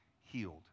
healed